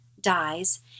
dies